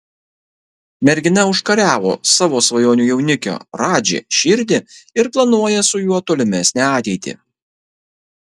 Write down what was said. mergina užkariavo savo svajonių jaunikio radži širdį ir planuoja su juo tolimesnę ateitį